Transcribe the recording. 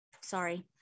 sorry